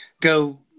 go